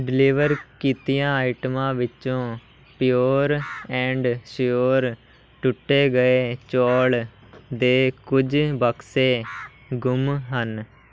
deliver ਕੀਤੀਆਂ ਆਈਟਮਾਂ ਵਿੱਚੋਂ ਪਿਓਰ ਐਂਡ ਸ਼ਿਓਰ ਟੁੱਟੇ ਗਏ ਚੌਲ ਦੇ ਕੁਝ ਬਕਸੇ ਗੁੰਮ ਹਨ